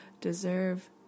deserve